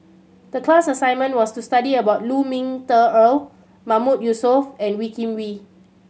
the class assignment was to study about Lu Ming Teh Earl Mahmood Yusof and Wee Kim Wee